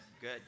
good